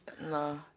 No